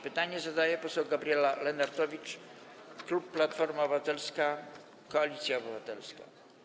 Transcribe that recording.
Pytanie zadaje poseł Gabriela Lenartowicz, klub Platforma Obywatelska - Koalicja Obywatelska.